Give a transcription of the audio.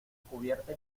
cubierta